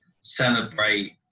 celebrate